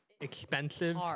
expensive